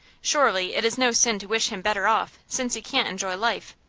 surely it is no sin to wish him better off, since he can't enjoy life!